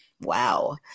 Wow